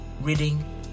reading